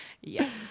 Yes